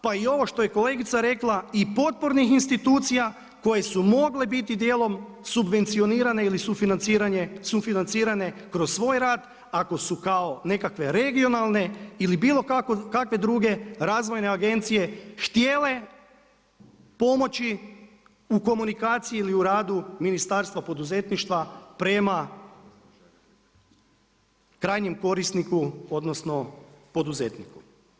Pa i ovo što je kolegica rekla i potpornih institucija koje su mogle biti dijelom subvencionirane ili sufinancirane kroz svoj rad ako su kao nekakve regionalne ili bilo kakve druge razvojne agencije htjele pomoći u komunikaciji ili u radu Ministarstva poduzetništva prema krajnjem korisniku odnosno poduzetniku.